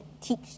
teach